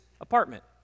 apartment